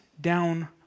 down